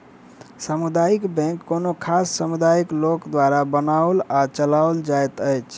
सामुदायिक बैंक कोनो खास समुदायक लोक द्वारा बनाओल आ चलाओल जाइत अछि